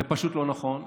זה פשוט לא נכון.